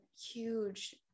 huge